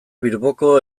bilboko